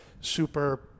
super